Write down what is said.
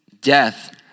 Death